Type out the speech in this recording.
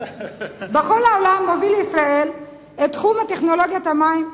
בכל העולם ישראל מובילה בתחום טכנולוגיית המים.